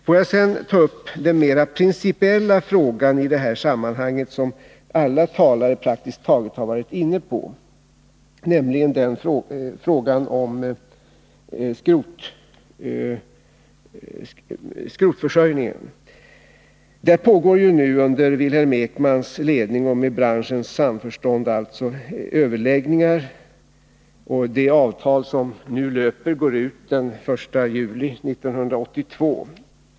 Får jag sedan ta upp den mer principiella fråga i det här sammanhanget som praktiskt taget alla talare har varit inne på, nämligen skrotförsörjningen. Under Wilhelm Ekmans ledning och med branschens samförstånd pågår överläggningar. De avtal som nu löper går ut den 1 juli 1982.